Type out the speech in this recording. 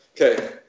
Okay